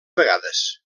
vegades